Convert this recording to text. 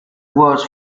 words